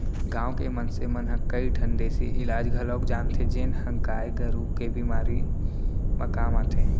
गांव के मनसे मन ह कई ठन देसी इलाज घलौक जानथें जेन ह गाय गरू के बेमारी म काम आथे